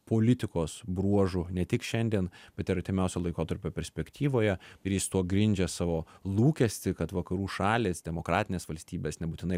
politikos bruožų ne tik šiandien bet ir artimiausio laikotarpio perspektyvoje ir jis tuo grindžia savo lūkestį kad vakarų šalys demokratinės valstybės nebūtinai